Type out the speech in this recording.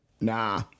Nah